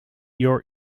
your